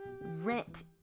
rent